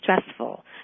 stressful